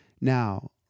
Now